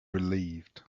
relieved